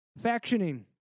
factioning